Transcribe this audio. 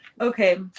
Okay